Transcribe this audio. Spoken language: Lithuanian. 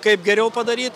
kaip geriau padaryt